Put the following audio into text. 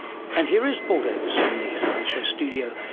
and here is paul davies in the science show studio.